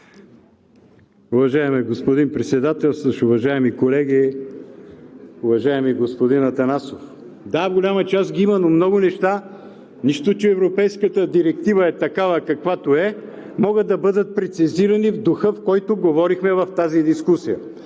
Уважаеми господин Председателстващ, уважаеми колеги! Уважаеми господин Атанасов, да, голяма част ги има, но много неща – нищо, че европейската директива е такава, каквато е, могат да бъдат прецизирани в духа, в който говорихме в тази дискусия.